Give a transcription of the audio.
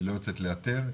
היא לא יוצאת לאתר,